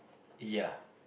ya